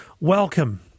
welcome